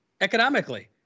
economically